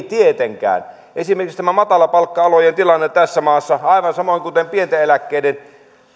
tietenkään esimerkiksi matalapalkka alojen tilanne tässä maassa aivan samoin kuten pienten eläkkeiden